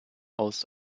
aus